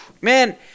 man